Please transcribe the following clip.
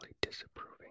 disapproving